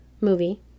movie